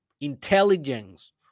intelligence